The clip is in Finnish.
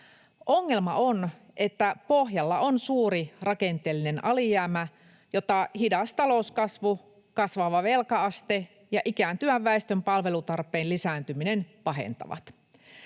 Ongelma on, että pohjalla on suuri rakenteellinen alijäämä, jota hidas talouskasvu, kasvava velka-aste ja ikääntyvän väestön palvelutarpeen lisääntyminen pahentavat.